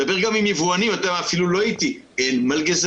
דבר עם יבואנים, לא אתי, אין מלגזנים.